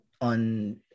on